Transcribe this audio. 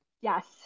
yes